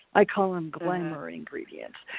i call em glamor ingredients.